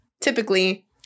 typically